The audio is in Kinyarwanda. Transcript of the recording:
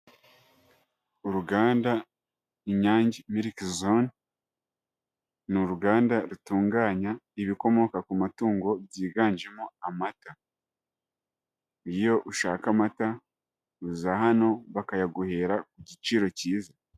Uruganda Inyange mirike zoni, ni uruganda rutunganya ibikomoka ku matungo byiganjemo amata. Iyo ushaka amata uza hano bakayaguhera ku giciro cyiza.